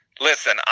Listen